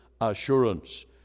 assurance